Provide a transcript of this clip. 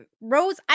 Rose